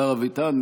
השר אביטן,